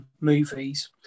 movies